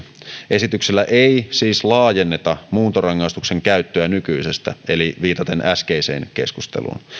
esityksellä ei siis laajenneta muuntorangaistuksen käyttöä nykyisestä viitaten äskeiseen keskusteluun